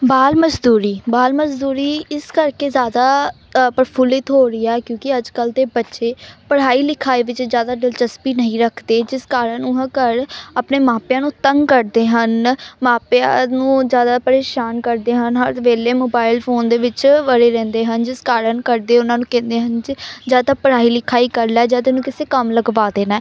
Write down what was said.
ਬਾਲ ਮਜ਼ਦੂਰੀ ਬਾਲ ਮਜ਼ਦੂਰੀ ਇਸ ਕਰਕੇ ਜ਼ਿਆਦਾ ਪ੍ਰਫੁਲਿਤ ਹੋ ਰਹੀ ਹੈ ਕਿਉਂਕਿ ਅੱਜ ਕੱਲ੍ਹ ਦੇ ਬੱਚੇ ਪੜ੍ਹਾਈ ਲਿਖਾਈ ਵਿੱਚ ਜ਼ਿਆਦਾ ਦਿਲਚਸਪੀ ਨਹੀਂ ਰੱਖਦੇ ਜਿਸ ਕਾਰਨ ਉਹ ਘਰ ਆਪਣੇ ਮਾਪਿਆਂ ਨੂੰ ਤੰਗ ਕਰਦੇ ਹਨ ਮਾਪਿਆਂ ਨੂੰ ਜ਼ਿਆਦਾ ਪਰੇਸ਼ਾਨ ਕਰਦੇ ਹਨ ਹਰ ਵੇਲੇ ਮੋਬਾਇਲ ਫੋਨ ਦੇ ਵਿੱਚ ਵੜੇ ਰਹਿੰਦੇ ਹਨ ਜਿਸ ਕਾਰਨ ਘਰ ਦੇ ਉਹਨਾਂ ਨੂੰ ਕਹਿੰਦੇ ਹਨ ਜ ਜਾਂ ਤਾਂ ਪੜ੍ਹਾਈ ਲਿਖਾਈ ਕਰ ਲੈ ਜਾਂ ਤੈਨੂੰ ਕਿਸੇ ਕੰਮ ਲਗਵਾ ਦੇਣਾ